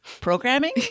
programming